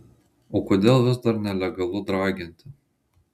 o kodėl vis dar nelegalu draginti